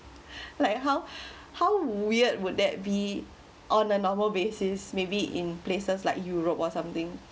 like how how weird would that be on a normal basis maybe in places like europe or something